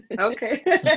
Okay